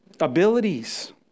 abilities